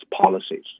policies